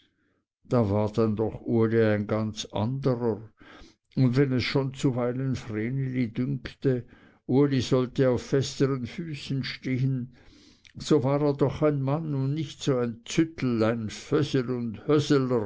da war doch dann uli ein ganz anderer und wenn es schon zuweilen vreneli dünkte uli sollte auf festern füßen stehen so war er doch ein mann und nicht so ein züttel ein fösel und